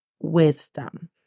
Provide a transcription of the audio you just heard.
wisdom